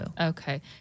Okay